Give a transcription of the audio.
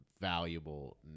valuable